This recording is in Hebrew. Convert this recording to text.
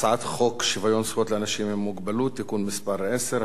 הצעת חוק שוויון זכויות לאנשים עם מוגבלות (תיקון מס' 10),